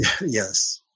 Yes